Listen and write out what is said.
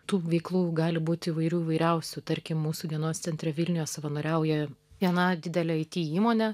tų veiklų gali būti įvairių įvairiausių tarkim mūsų dienos centre vilniuje savanoriauja viena didelė it įmonė